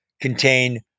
contain